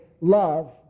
love